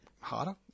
harder